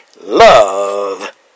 Love